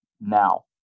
now